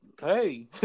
hey